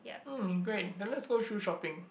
mm great then let's go shoes shopping